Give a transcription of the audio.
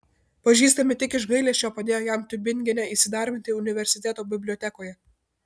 pažįstami tik iš gailesčio padėjo jam tiubingene įsidarbinti universiteto bibliotekoje